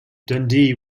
dundee